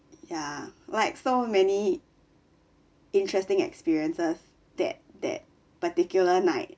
ya like so many interesting experiences that that particular night